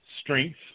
Strength